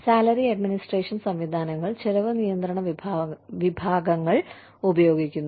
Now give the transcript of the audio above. salary administration സംവിധാനങ്ങൾ ചെലവ് നിയന്ത്രണ വിഭാഗങ്ങൾ ഉപയോഗിക്കുന്നു